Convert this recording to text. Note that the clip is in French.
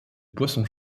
poissons